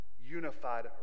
unified